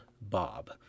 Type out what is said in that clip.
Bob